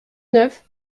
neuf